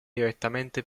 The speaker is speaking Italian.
direttamente